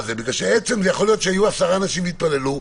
כי יכול להיות שעשרה אנשים התפללו,